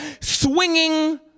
swinging